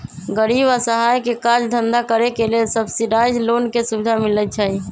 गरीब असहाय के काज धन्धा करेके लेल सब्सिडाइज लोन के सुभिधा मिलइ छइ